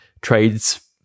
trades